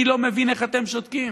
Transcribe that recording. אני לא מבין איך אתם שותקים,